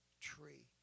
tree